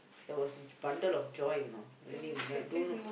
there was a bundle of joy you know really I do know